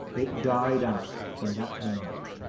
it died out from that moment.